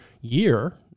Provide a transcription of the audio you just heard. year